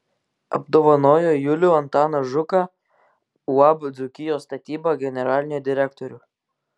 apdovanojo julių antaną žuką uab dzūkijos statyba generalinį direktorių